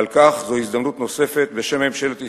על כן זו הזדמנות נוספת, בשם ממשלת ישראל,